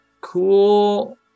cool